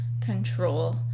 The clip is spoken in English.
control